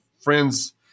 friends